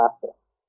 practice